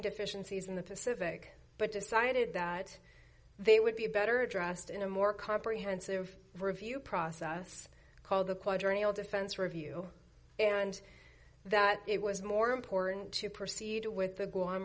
deficiencies in the pacific but decided that they would be better addressed in a more comprehensive review process called the quadrennial defense review and that it was more important to proceed with the g